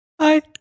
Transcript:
hi